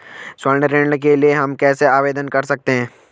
स्वर्ण ऋण के लिए हम कैसे आवेदन कर सकते हैं?